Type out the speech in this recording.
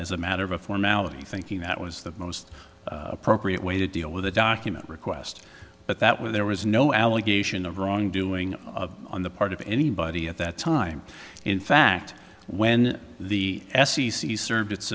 as a matter of formality thinking that was the most appropriate way to deal with a document request but that where there was no allegation of wrongdoing on the part of anybody at that time in fact when the f c c served its